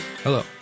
Hello